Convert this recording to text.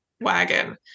wagon